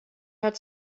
had